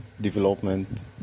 development